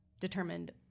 determined